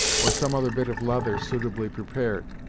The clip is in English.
or some other bit of leather suitably prepared.